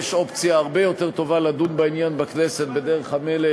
יש אופציה הרבה יותר טובה לדון בעניין בכנסת בדרך המלך,